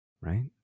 Right